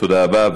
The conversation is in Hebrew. תודה רבה.